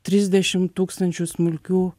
trisdešimt tūkstančių smulkių